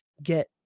get